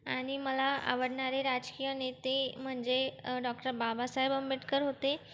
आणि मला आवडणारे राजकीय नेते म्हणजे डॉक्टर बाबासाहेब आंबेडकर होते